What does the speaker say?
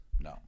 No